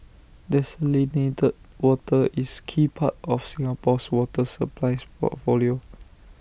desalinated water is key part of Singapore's water supply portfolio